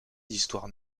d’histoire